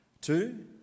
Two